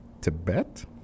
tibet